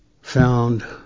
found